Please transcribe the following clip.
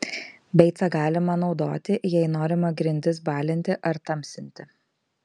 beicą galima naudoti jei norima grindis balinti ar tamsinti